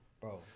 Bro